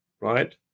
right